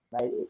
right